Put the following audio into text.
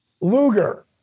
Luger